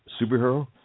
superhero